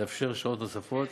לאפשר שעות נוספות,